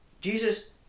Jesus